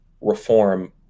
Reform